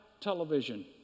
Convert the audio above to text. television